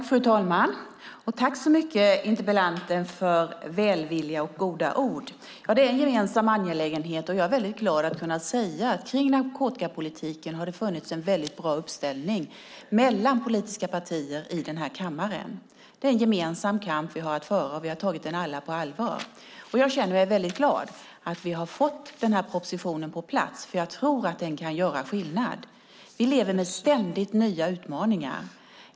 Fru talman! Tack, interpellanten, för välvilliga och goda ord! Det är en gemensam angelägenhet. Jag är väldigt glad att kunna säga att det har funnits en väldigt bra uppställning hos politiska partier i den här kammaren kring narkotikapolitiken. Det är en gemensam kamp vi har att föra, och vi har alla tagit den på allvar. Jag känner mig väldigt glad över att vi har fått den här propositionen på plats. Jag tror att den kan göra skillnad. Vi lever med ständigt nya utmaningar.